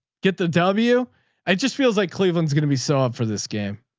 get the w i, it just feels like cleveland's going to be solved for this game.